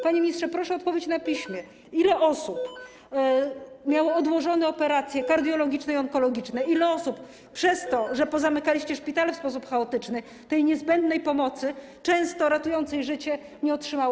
Panie ministrze, proszę o odpowiedź na piśmie, ile osób miało odłożone operacje kardiologiczne i onkologiczne, ile osób przez to, że pozamykaliście szpitale w sposób chaotyczny, tej niezbędnej pomocy, często ratującej życie, nie otrzymało.